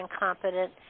incompetent